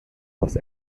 los